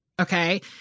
okay